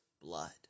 blood